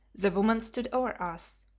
the woman stood over us,